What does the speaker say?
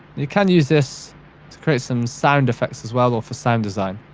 you can use this to create some sound effects as well, or for sound design.